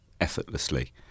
effortlessly